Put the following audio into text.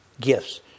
gifts